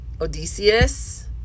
odysseus